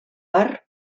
har